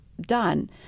done